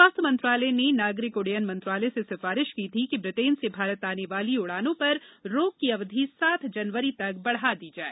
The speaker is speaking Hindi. स्वास्थ्य मंत्रालय ने नागरिक उड्डयन मंत्रालय से सिफारिश की थी कि ब्रिटेन से भारत आने वाली उड़ानों पर रोक की अवधि सात जनवरी तक बढ़ा दी जाए